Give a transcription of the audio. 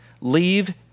leave